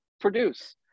produce